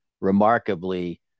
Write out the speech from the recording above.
remarkably